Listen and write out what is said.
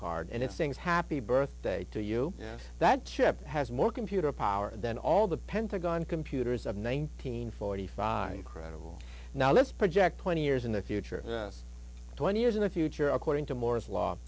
card and it sings happy birthday to you that ship has more computer power than all the pentagon computers of nineteen forty five credible now let's project twenty years in the future twenty years in the future according to moore's law